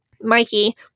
Mikey